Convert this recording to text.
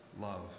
love